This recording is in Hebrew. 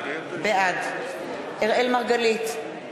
בעד אראל מרגלית,